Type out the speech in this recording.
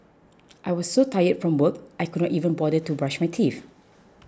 I was so tired from work I could not even bother to brush my teeth